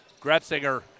Gretzinger